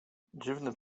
dziwny